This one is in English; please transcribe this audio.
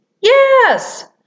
Yes